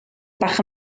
bach